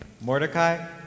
Mordecai